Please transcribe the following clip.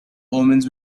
omens